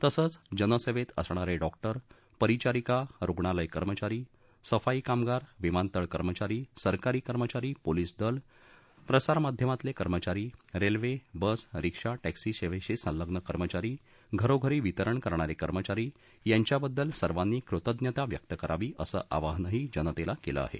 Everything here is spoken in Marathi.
तसंच जनसेवेत असणारे डॉक्टर परिचारिका रुग्णालय कर्मचारी सफाई कामगार विमानतळ कर्मचारी सरकारी कर्मचारी पोलिस दल प्रसारमाध्यामातले कर्मचारी रेल्वेबस रिक्षा टॅक्सी सेवेशी संलग्न कर्मचारी घरोघरी वितरण करणारे कर्मचारी यांच्याबद्दल सर्वांनी कृतज्ञता व्यक्त करावी असं आवाहनही जनतेला केलं आहे